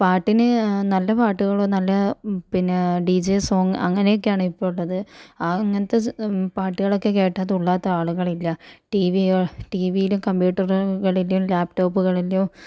പാട്ടിന് നല്ല പാട്ടുകളോ നല്ല പിന്നെ ഡി ജെ സോങ് അങ്ങനെയൊക്കെയാണ് ഇപ്പൊ ഉള്ളത് ആ അങ്ങനത്തെ പാട്ടുകൾ ഒക്കെ കേട്ടാൽ തുള്ളാത്ത ആളുകൾ ഇല്ല ടിവി ടിവിയിലും കമ്പ്യൂട്ടറുകളിലും ലാപ്ടോപ്പുകളിലും